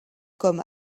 comme